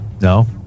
No